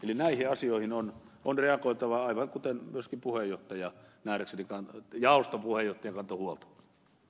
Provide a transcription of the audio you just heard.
eli näihin asioihin on reagoitava mistä myöskin jaoston puheenjohtaja nähdäkseni kantoi huolta